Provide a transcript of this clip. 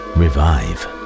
revive